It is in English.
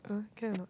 uh can or not